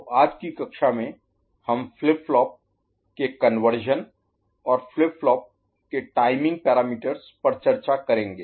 तो आज की कक्षा में हम फ्लिप फ्लॉप के कन्वर्शन Conversion रूपांतरण और फ्लिप फ्लॉप के टाइमिंग पैरामीटर्स पर चर्चा करेंगे